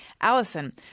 Allison